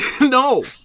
no